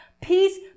Peace